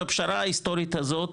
בפשרה ההיסטורית הזאת,